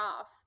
off